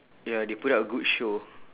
ya they put up a good show